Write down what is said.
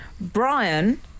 Brian